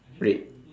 red